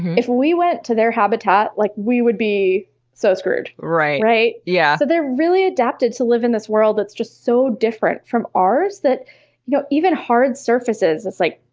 if we went to their habitat, like, we would be so screwed, right? yeah so they're really adapted to live in this world that's just so different from ours that you know even hard surfaces, is like,